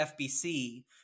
FBC